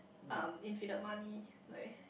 um infinite money like